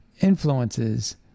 influences